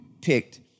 picked